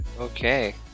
okay